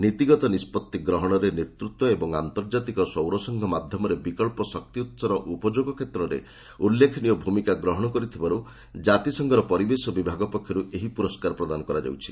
ନୀତିଗତ ନିଷ୍ପଭି ଗ୍ରହଣରେ ନେତୃତ୍ୱ ତଥା ଆନ୍ତର୍ଜାତିକ ସୌରସଂଘ ମାଧ୍ୟମରେ ବିକ୍ସ ଶକ୍ତି ଉତ୍ସର ଉପଯୋଗ କ୍ଷେତ୍ରରେ ଉଲ୍ଲେଖନୀୟ ଭୂମିକା ଗ୍ରହଣ କରିଥିବାରୁ ଜାତିସଂଘର ପରିବେଶ ବିଭାଗ ପକ୍ଷରୁ ଏଇ ପୁରସ୍କାର ପ୍ରଦାନ କରାଯାଉଛି